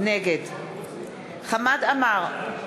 נגד חמד עמאר,